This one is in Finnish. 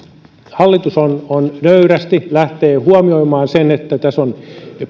hallitus on on nöyrästi lähtenyt huomioimaan sen että tässä aktiivimallissa on